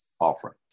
offering